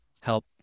help